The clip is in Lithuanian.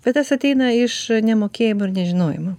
bet tas ateina iš nemokėjimo ir nežinojimo